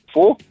Four